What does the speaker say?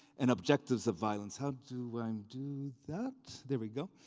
and objectives of violence. how do i um do that, there we go.